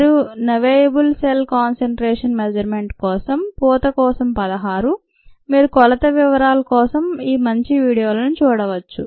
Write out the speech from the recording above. మరియు నవేయబుల్ cell concentration measurement కోసం పూత కోసం పదహారు మీరు కొలత వివరాల కోసం ఈ మంచి వీడియోలను చూడవచ్చు